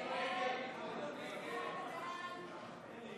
הסתייגות 5 לחלופין לא נתקבלה.